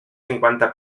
cinquanta